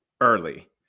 early